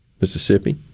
Mississippi